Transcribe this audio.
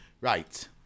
Right